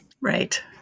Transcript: Right